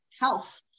health